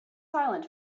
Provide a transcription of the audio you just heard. silent